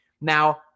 Now